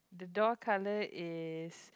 door colour is